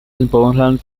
important